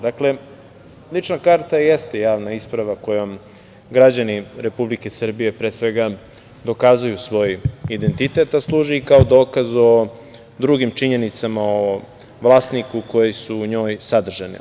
Dakle, lična karta jeste javna isprava kojom građani Republike Srbije, pre svega, dokazuju svoj identitet, a služi i kao dokaz o drugim činjenicama o vlasniku, koji su u njoj sadržane.